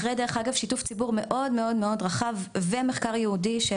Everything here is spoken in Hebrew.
אחרי שיתוף ציבור מאוד מאוד רחב ומחקר ייעודי של